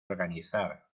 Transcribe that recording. organizar